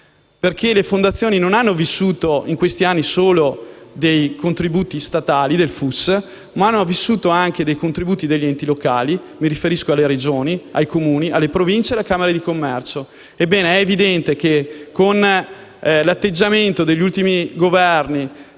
locali. Le fondazioni non hanno vissuto in questi anni solo dei contributi statali (del FUS), ma hanno vissuto anche dei contributi degli enti locali; mi riferisco alle Regioni, ai Comuni, alle Province e alle camere di commercio. Ebbene, è evidente che con l'atteggiamento degli ultimi Governi